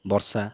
ବର୍ଷା